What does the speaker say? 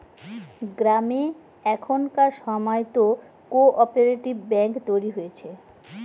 গ্রামে এখনকার সময়তো কো অপারেটিভ ব্যাঙ্ক তৈরী হয়েছে